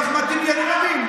את אחמד טיבי אני מבין,